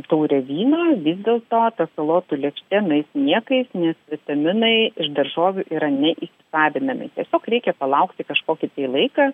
taurę vyno vis dėlto ta salotų lėkštė nueis niekais nes vitaminai iš daržovių yra neįsisavinami tiesiog reikia palaukti kažkokį tai laiką